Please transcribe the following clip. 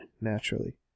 Naturally